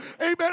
Amen